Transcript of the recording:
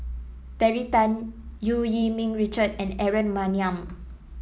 Terry Tan Eu Yee Ming Richard and Aaron Maniam